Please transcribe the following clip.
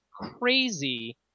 crazy